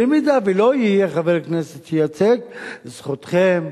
במידה שלא יהיה חבר כנסת שייצג, זכותכם.